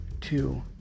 Two